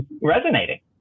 resonating